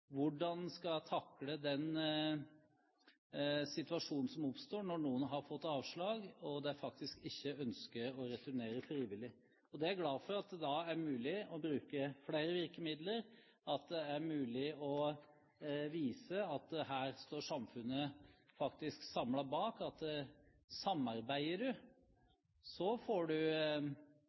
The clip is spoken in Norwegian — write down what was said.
hvordan en skal takle den situasjonen som oppstår når noen har fått avslag, og de faktisk ikke ønsker å returnere frivillig. Jeg er glad for at det da er mulig å bruke flere virkemidler, at det er mulig å vise at her står samfunnet faktisk samlet bak, at samarbeider du, så får du